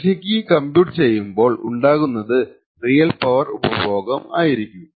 രഹസ്യ key compute ചെയ്യുമ്പോൾ ഉണ്ടാകുന്നത് റിയൽ പവർ ഉപഭോഗം ആയിരിക്കും